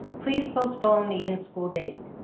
please postpone the in school date.